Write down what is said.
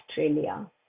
Australia